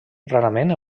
rarament